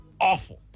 Awful